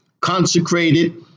consecrated